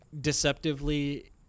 deceptively